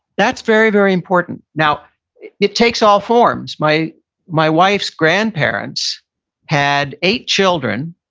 that's very, very important. now it takes all forms. my my wife's grandparents had eight children,